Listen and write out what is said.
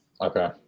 okay